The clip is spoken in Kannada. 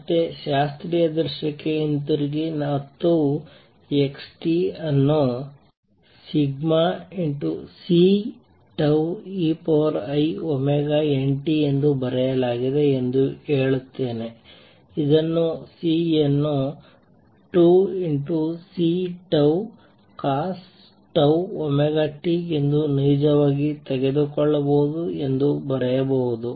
ಮತ್ತೆ ಶಾಸ್ತ್ರೀಯ ದೃಶ್ಯಕ್ಕೆ ಹಿಂತಿರುಗಿ ಮತ್ತು x ಅನ್ನು ∑Ceiωnt ಎಂದು ಬರೆಯಲಾಗಿದೆ ಎಂದು ಹೇಳುತ್ತೇನೆ ಇದನ್ನು C ಯನ್ನು 2Ccos⁡τωtಎಂದು ನೈಜವಾಗಿ ತೆಗೆದುಕೊಳ್ಳಬಹುದು ಎಂದು ಬರೆಯಬಹುದು